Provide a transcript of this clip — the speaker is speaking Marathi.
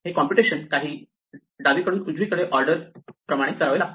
हे कॉम्प्युटशन काही डावीकडून उजवीकडे ऑर्डर प्रमाणे करावे लागते